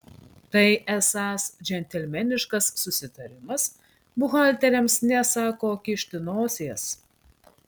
tai esąs džentelmeniškas susitarimas buhalteriams nesą ko kišti nosies